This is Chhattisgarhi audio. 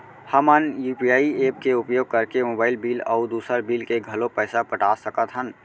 हमन यू.पी.आई एप के उपयोग करके मोबाइल बिल अऊ दुसर बिल के घलो पैसा पटा सकत हन